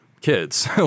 kids